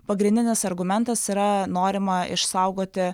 pagrindinis argumentas yra norima išsaugoti